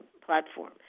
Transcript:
platform